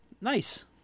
Nice